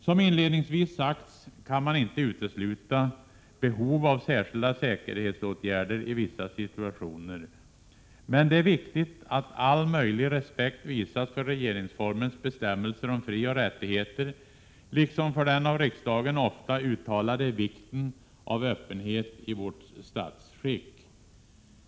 Som inledningsvis sagts kan man inte utesluta behov av särskilda säkerhetsåtgärder i vissa situationer, men det är viktigt att all möjlig respekt visas för regeringsformens bestämmelser om frioch rättigheter liksom för den av riksdagen ofta uttalade vikten av öppenhet i vårt statsskick.